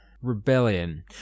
Rebellion